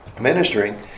ministering